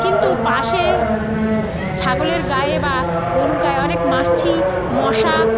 কিন্তু পাশে ছাগলের গায়ে বা গোরুর গায়ে অনেক মাছি মশা